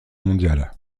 mondiale